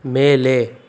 ಮೇಲೆ